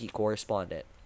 correspondent